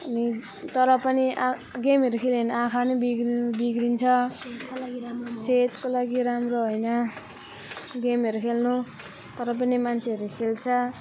अनि तर पनि गेमहरू खेल्यो भने आँखा पनि बिग्रनु बिग्रन्छ सेहदको लागि राम्रो होइन गेमहरू खेल्नु तर पनि मान्छेहरू खेल्छ